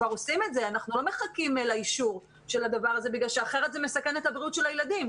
אנחנו לא מחכים לאישור של הדבר הזה כי אחרת זה מסכן את בריאות הילדים.